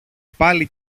πάλι